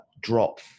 drop